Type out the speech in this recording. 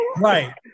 Right